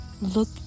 look